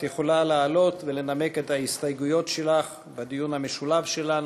את יכולה לעלות ולנמק את ההסתייגויות שלך בדיון המשולב שלנו.